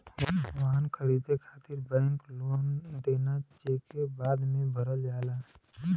वाहन खरीदे खातिर बैंक लोन देना जेके बाद में भरल जाला